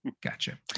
Gotcha